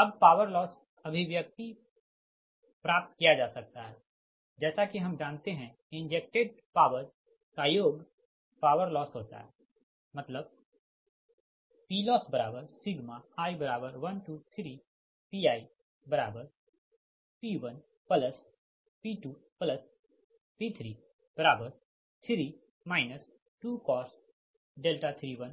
अब power loss अभिव्यक्ति प्राप्त किया जा सकता है जैसा कि हम जानते है इंजेक्टेड पॉवर का योग पॉवर लॉस होता है मतलब PLossi13PiP1P2P33 2cos 31